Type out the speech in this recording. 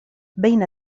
بين